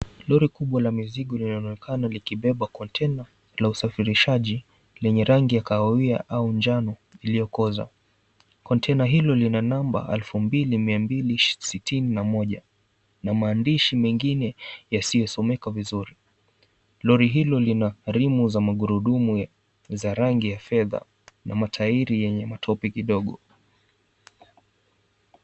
Lori kubwa la mzigo linaonekana likibeba konteina 𝑙a usafirishaji lenye rangi ya kahawia au njano iliyokoza. Konteina hilo lina namba 2,261 na maandishi mengine yasiyosomeka vizuri. Lori hilo lina rimu za magurudumu za rangi ya fedha na matairi yenye matope kidogo.